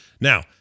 Now